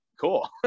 cool